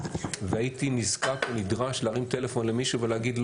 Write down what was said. והייתי נזקק ונדרש להרים טלפון למישהו ולהגיד,